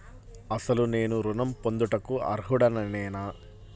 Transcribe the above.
అసలు నేను ఋణం పొందుటకు అర్హుడనేన?